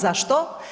Za što?